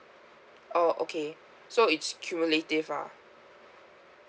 oh okay so it's cumulative ah